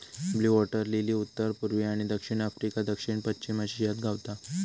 blue water lily उत्तर पुर्वी आणि दक्षिण आफ्रिका, दक्षिण पश्चिम आशियात गावता